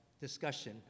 discussion